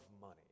money